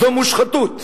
זו מושחתות.